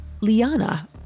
Liana